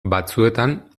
batzuetan